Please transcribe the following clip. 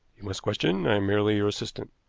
you must question i am merely your assistant.